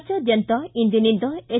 ರಾಜ್ವಾದ್ಯಂತ ಇಂದಿನಿಂದ ಎಸ್